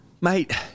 Mate